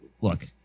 look